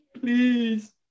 Please